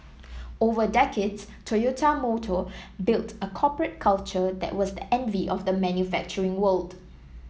over decades Toyota Motor built a corporate culture that was the envy of the manufacturing world